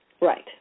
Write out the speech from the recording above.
Right